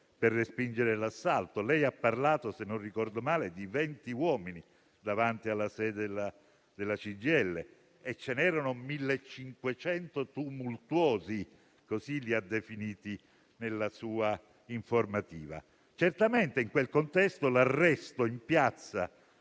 per respingere l'assalto? Lei ha parlato, se non ricordo male, di 20 uomini davanti alla sede della CGIL e ce n'erano 1.500 tumultuosi, così li ha definiti nella sua informativa. Certamente, in quel contesto l'arresto in piazza